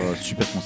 super